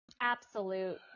absolute